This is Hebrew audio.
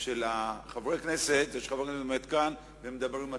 של חברי הכנסת זה שחבר הכנסת עומד כאן ומדבר עם התקשורת.